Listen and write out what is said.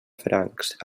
francs